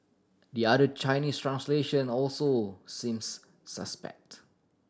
the other Chinese translation also seems suspect